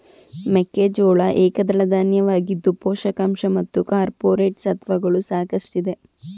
ಮೆಕ್ಕೆಜೋಳ ಏಕದಳ ಧಾನ್ಯವಾಗಿದ್ದು ಪೋಷಕಾಂಶ ಮತ್ತು ಕಾರ್ಪೋರೇಟ್ ಸತ್ವಗಳು ಸಾಕಷ್ಟಿದೆ